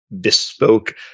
bespoke